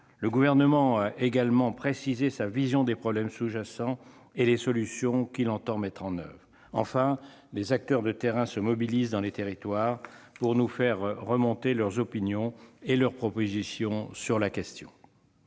Le Gouvernement a également précisé sa vision des problèmes sous-jacents et les solutions qu'il entend mettre en oeuvre. Enfin, les acteurs de terrain se mobilisent dans les territoires pour nous faire remonter leurs opinions et leurs propositions sur la question.